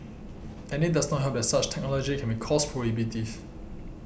and it does not help that such technology can be cost prohibitive